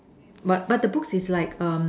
but but the books is like um